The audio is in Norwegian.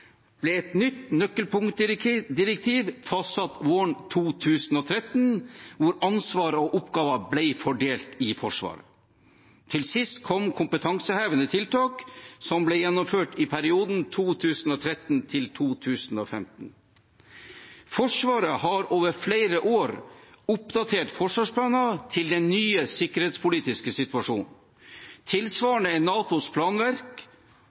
ble et nytt nøkkelpunktdirektiv fastsatt våren 2013, der ansvar og oppgaver ble fordelt i Forsvaret. Til sist kom kompetansehevende tiltak, som ble gjennomført i perioden 2013–2015. Forsvaret har over flere år oppdatert forsvarsplanene etter den nye sikkerhetspolitiske situasjonen. Tilsvarende er NATOs planverk